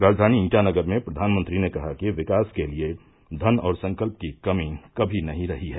राजधानी ईटानगर में प्रधानमंत्री ने कहा कि विकास के लिए धन और संकल्प की कमी कभी नहीं रही है